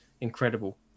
incredible